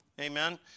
Amen